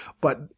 but-